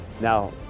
Now